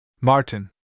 Martin